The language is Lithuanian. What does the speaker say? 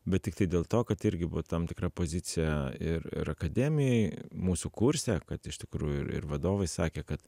bet tiktai dėl to kad irgi buvo tam tikra pozicija ir ir akademijoj mūsų kurse kad iš tikrųjų ir ir vadovai sakė kad